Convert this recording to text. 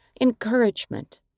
encouragement